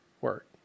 work